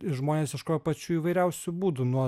ir žmonės ieškojo pačių įvairiausių būdų nuo